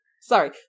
Sorry